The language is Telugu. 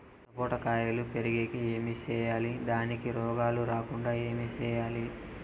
సపోట కాయలు పెరిగేకి ఏమి సేయాలి దానికి రోగాలు రాకుండా ఏమి సేయాలి?